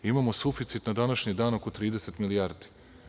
Imamo suficit na današnji dan oko 30 milijardi.